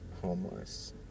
homeless